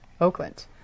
Oakland